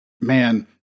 man